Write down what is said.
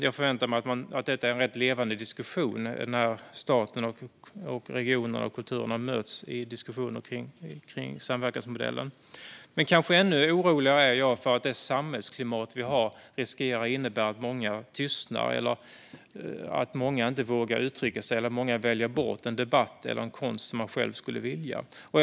Jag förväntar mig att detta är en rätt levande diskussion när staten, regionerna och kulturen möts i samtal om samverkansmodellen. Men jag är kanske ännu oroligare för att det samhällsklimat vi har riskerar att leda till att många tystnar, att många inte vågar uttrycka sig eller att många väljer bort en debatt eller en konstyttring som man själv skulle vilja ägna sig åt.